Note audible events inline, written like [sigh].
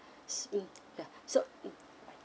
[noise] mm ya so mm